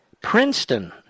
Princeton